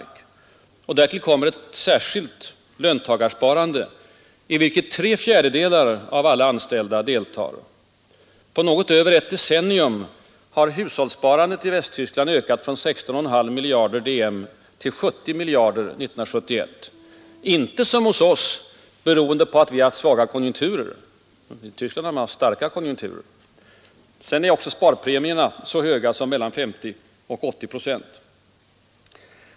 Därtill kommer ett särskilt löntagarsparande, i vilket tre fjärdedelar av alla anställda deltar. På något över ett decennium har hushållssparandet i Västtyskland ökat från 16,5 miljarder DM till 70 miljarder 1971 — inte som hos oss beroende på en svag konjunktur; Västtyskland har haft en stark konjunktur. Så är också sparpremierna så höga som mellan 50 och 80 procent.